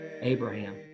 Abraham